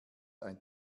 ein